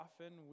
often